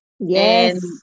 Yes